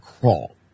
crawl